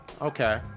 Okay